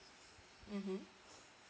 mmhmm